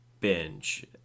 binge